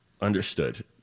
Understood